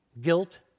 guilt